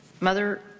Mother